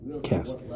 cast